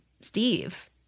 Steve